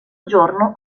giorno